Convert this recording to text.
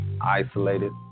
isolated